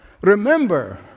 Remember